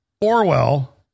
Orwell